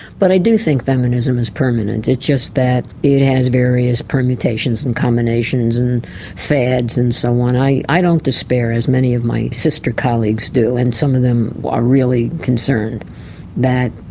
but i do think feminism is permanent, it's just that it has various permutations and combinations and fads and so on. i i don't despair, as many of my sister colleagues do, and some of them are really concerned that,